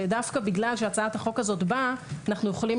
ודווקא בגלל שהצעת החוק הזאת באה אנחנו יכולים